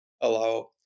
allow